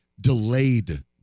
delayed